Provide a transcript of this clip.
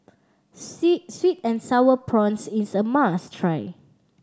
see sweet and Sour Prawns is a must try